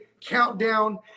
countdown